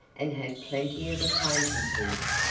and had plenty of acquaintances,